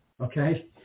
okay